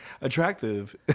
attractive